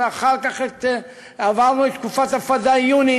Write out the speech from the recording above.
ואחר כך עברנו את תקופת ה"פדאיונים",